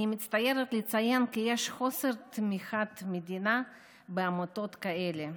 אני מצטערת לציין כי יש חוסר תמיכה של המדינה בעמותות האלה,